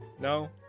No